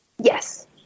Yes